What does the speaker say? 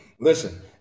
Listen